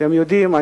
אתם יודעים,